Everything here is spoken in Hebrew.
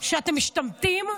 שאתם משתמטים?